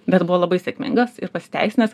bet buvo labai sėkmingas ir pasiteisinęs